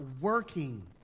working